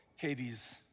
Katie's